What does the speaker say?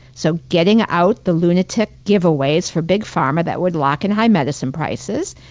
so getting out the lunatic giveaways for big pharma that would lock in high medicine prices,